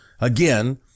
again